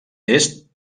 est